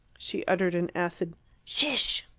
she uttered an acid shish!